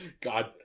God